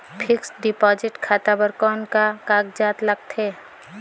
Fixed deposit खाता बर कौन का कागजात लगथे?